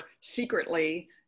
secretly